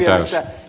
puhemies